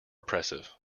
oppressive